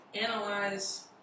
analyze